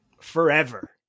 forever